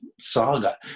saga